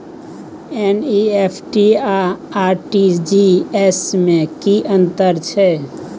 NEFT आ RTGS में की अन्तर छै?